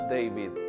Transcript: David